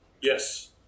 yes